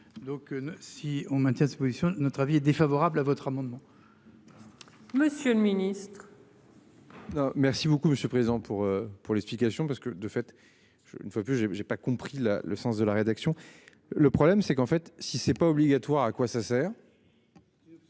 Donc si on maintient sa position, notre avis est défavorable à votre amendement. Quand. Monsieur le Ministre. Merci beaucoup monsieur présent pour pour l'explication parce que de fait, je ne vois plus j'ai j'ai pas compris là le sens de la rédaction. Le problème c'est qu'en fait si c'est pas obligatoire. À quoi ça sert.